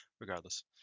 regardless